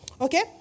okay